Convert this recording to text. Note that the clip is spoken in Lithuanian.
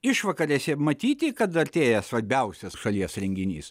išvakarėse matyti kad artėja svarbiausias šalies renginys